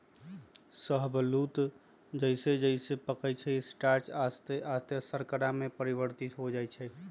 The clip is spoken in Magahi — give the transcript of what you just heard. शाहबलूत जइसे जइसे पकइ छइ स्टार्च आश्ते आस्ते शर्करा में परिवर्तित हो जाइ छइ